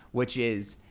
which is